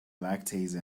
lactase